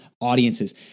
audiences